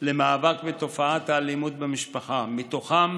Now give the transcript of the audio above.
למאבק בתופעת האלימות במשפחה, מתוכם